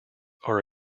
are